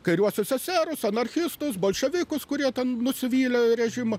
kairiuosius eserus anarchistus bolševikus kurie ten nusivylė režimu